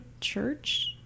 church